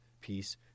peace